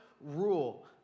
rule